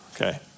Okay